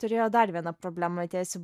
turėjo dar viena problema ties